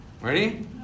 Ready